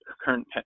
current